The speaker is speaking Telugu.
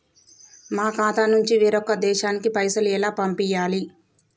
మా ఖాతా నుంచి వేరొక దేశానికి పైసలు ఎలా పంపియ్యాలి?